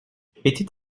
était